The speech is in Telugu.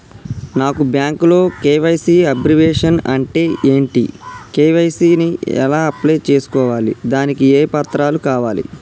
నాకు బ్యాంకులో కే.వై.సీ అబ్రివేషన్ అంటే ఏంటి కే.వై.సీ ని ఎలా అప్లై చేసుకోవాలి దానికి ఏ పత్రాలు కావాలి?